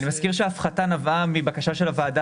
אני מזכיר שההפחתה נבעה מבקשה של הוועדה